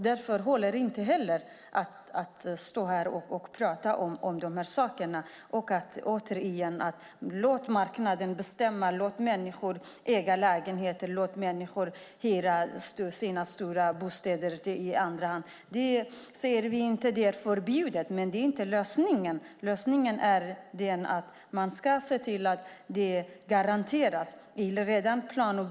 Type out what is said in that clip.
Därför håller det inte att här tala om att marknaden ska bestämma, att människor ska få äga lägenheter eller hyra ut sina stora bostäder i andra hand. Vi säger inte att det är förbjudet, men det är inte lösningen. Lösningen är att se till att det redan i plan och bygglagen finns en garanti.